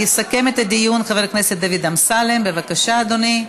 יסכם את הדיון חבר הכנסת דוד אמסלם, בבקשה, אדוני.